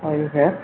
okay sir